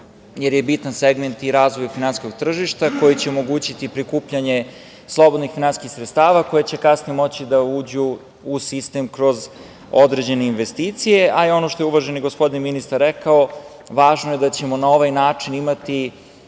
jer je bitan segment i razvoja finansijskog tržišta, koji će omogućiti prikupljanje slobodnih finansijskih sredstava, koja će kasnije moći da uđu u sistem kroz određene investicije, a i ono što je uvaženi gospodin ministar rekao, važno je da ćemo na ovaj način imati